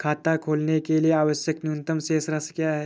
खाता खोलने के लिए आवश्यक न्यूनतम शेष राशि क्या है?